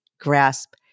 grasp